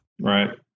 Right